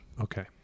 Okay